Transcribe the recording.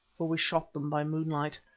for we shot them by moonlight.